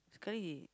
sekali he